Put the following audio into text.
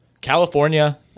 California